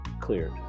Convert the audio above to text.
cleared